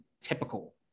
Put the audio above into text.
typical